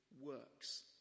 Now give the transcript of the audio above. works